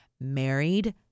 married